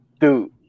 dude